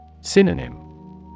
Synonym